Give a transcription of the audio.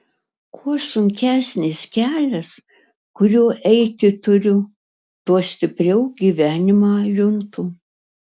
kuo sunkesnis kelias kuriuo eiti turiu tuo stipriau gyvenimą juntu